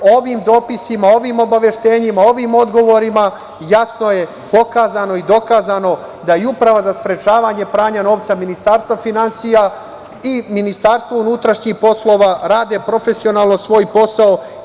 Ovim dopisima, ovim obaveštenjima, ovim odgovorima jasno je pokazano i dokazana da i Uprava za sprečavanje pranja novca Ministarstva finansija i Ministarstvo unutrašnjih poslova rade profesionalno svoj posao.